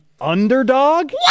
underdog